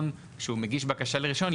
כשהוא מגיש בקשה לרישיון,